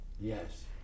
Yes